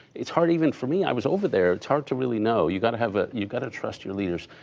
it's hard even for me. i was over there. it's hard to really know. you got to have a you have got to trust your leaders.